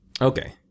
Okay